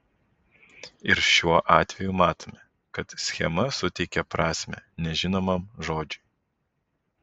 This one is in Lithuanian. ir šiuo atveju matome kad schema suteikia prasmę nežinomam žodžiui